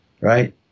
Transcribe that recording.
right